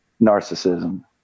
narcissism